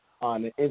on